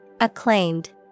Acclaimed